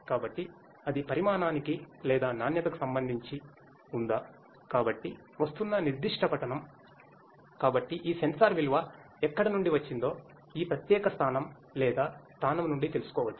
కాబట్టి ఈ విభిన్న సెన్సార్ విలువ ఎక్కడ నుండి వచ్చిందో ఈ ప్రత్యేక స్థానం లేదా స్థానం నుండి తెలుసుకోవచ్చు